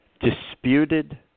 Disputed